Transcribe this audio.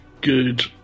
good